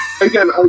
again